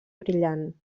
brillant